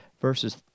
verses